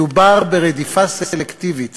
מדובר ברדיפה סלקטיבית